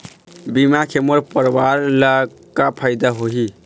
बीमा के मोर परवार ला का फायदा होही?